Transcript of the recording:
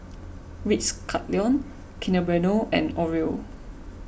Ritz Carlton Kinder Bueno and Oreo